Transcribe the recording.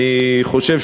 אני חושב,